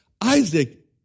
Isaac